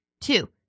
two